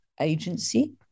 agency